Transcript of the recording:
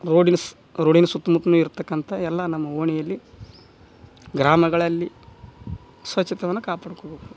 ರೋಡಿನ್ಸ್ ರೋಡಿನ ಸುತ್ತ ಮುತ್ಲು ಇರತಕ್ಕಂಥ ಎಲ್ಲ ನಮ್ಮ ಓಣಿಯಲ್ಲಿ ಗ್ರಾಮಗಳಲ್ಲಿ ಸ್ವಚ್ಛತಯನ್ನ ಕಾಪಾಡ್ಕೊಬೇಕು